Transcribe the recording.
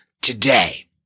today